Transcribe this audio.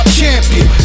champion